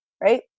right